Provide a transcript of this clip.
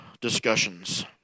discussions